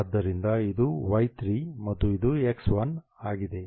ಆದ್ದರಿಂದ ಇದು y 3 ಮತ್ತು ಇದು x 1 ಆಗಿದೆ